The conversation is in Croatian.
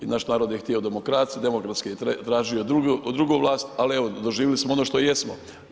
I naš narod je htio demokraciju, demokratski je tražio drugu vlast, ali evo doživjeli smo ono što jesmo.